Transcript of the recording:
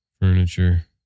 furniture